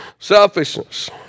selfishness